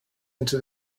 into